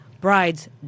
Brides